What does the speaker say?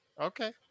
Okay